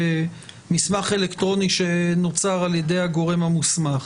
מסמך אלקטרוני שנוצר על ידי הגורם המוסמך.